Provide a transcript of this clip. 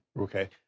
Okay